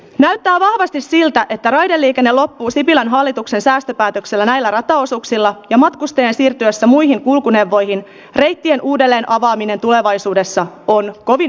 näyttää vahvasti siltä että raideliikenne loppuu sipilän hallituksen säästöpäätöksellä näillä rataosuuksilla ja matkustajien siirtyessä muihin kulkuneuvoihin reittien uudelleenavaaminen tulevaisuudessa on kovin epätodennäköistä